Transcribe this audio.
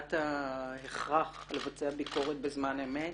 שלילת ההכרח לבצע ביקורת בזמן אמת.